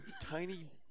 tiny